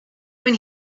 when